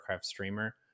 streamer